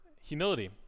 humility